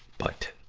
but,